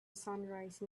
sunrise